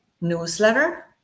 newsletter